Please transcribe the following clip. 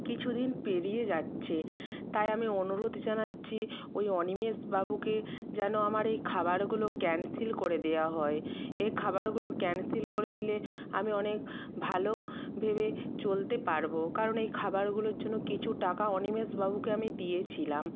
কিছু দিন পেরিয়ে যাচ্ছে তাই আমি অনুরোধ জানাচ্ছি ওই অনিমেষ বাবুকে যেন আমার এই খাবারগুলো ক্যানসেল করে দেওয়া হয় এই খাবারগুলো ক্যানসেল করে দিলে আমি অনেক ভালো ভেবে চলতে পারবো কারণ এই খাবারগুলোর জন্য কিছু টাকা অনিমেষ বাবুকে আমি দিয়েছিলাম